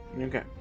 Okay